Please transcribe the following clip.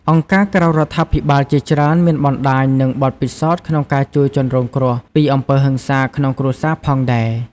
អង្គការក្រៅរដ្ឋាភិបាលជាច្រើនមានបណ្ដាញ និងបទពិសោធន៍ក្នុងការជួយជនរងគ្រោះពីអំពើហិង្សាក្នុងគ្រួសារផងដែរ។